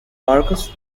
marquess